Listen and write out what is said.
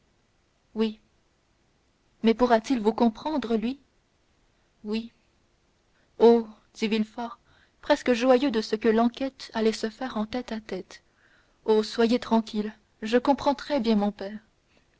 oui mais pourrait-il vous comprendre lui oui oh dit villefort presque joyeux de ce que l'enquête allait se faire en tête-à-tête oh soyez tranquille je comprends très bien mon père